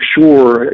sure